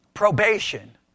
probation